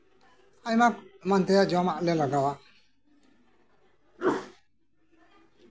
ᱟᱭᱢᱟ ᱮᱱᱟ ᱛᱮᱭᱟᱜ ᱡᱚᱢᱟᱜ ᱞᱮ ᱞᱟᱜᱟᱣᱟ